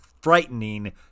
frightening